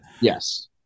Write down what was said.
yes